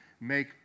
make